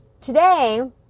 today